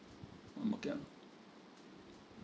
mm